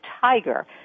Tiger